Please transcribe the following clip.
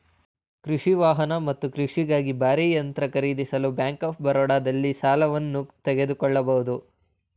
ಕೃಷಿ ವಾಹನ ಮತ್ತು ಕೃಷಿಗಾಗಿ ಭಾರೀ ಯಂತ್ರ ಖರೀದಿಸಲು ಬ್ಯಾಂಕ್ ಆಫ್ ಬರೋಡದಲ್ಲಿ ಸಾಲವನ್ನು ತೆಗೆದುಕೊಳ್ಬೋದು